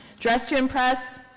dressed to impress,